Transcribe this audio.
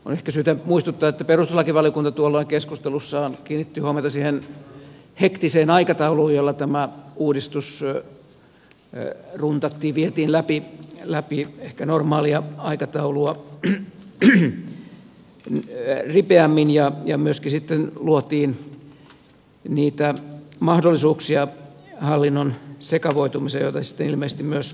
on ehkä syytä muistuttaa että perustuslakivaliokunta tuolloin keskustelussaan kiinnitti huomiota siihen hektiseen aikatauluun jolla tämä uudistus runtattiin vietiin läpi ehkä normaalia aikataulua ripeämmin ja myöskin sitten luotiin niitä mahdollisuuksia hallinnon sekavoitumiseen jota sitten ilmeisesti myös tapahtui